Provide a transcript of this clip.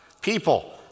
people